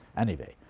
anyway,